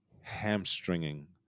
hamstringing